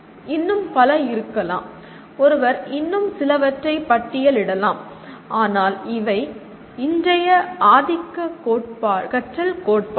இன்னும் பல இருக்கலாம் ஒருவர் இன்னும் சிலவற்றை பட்டியலிடலாம் ஆனால் இவை இன்றைய ஆதிக்க கற்றல் கோட்பாடுகள்